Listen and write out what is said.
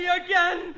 again